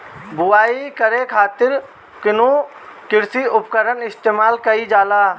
बुआई करे खातिर कउन कृषी उपकरण इस्तेमाल कईल जाला?